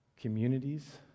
communities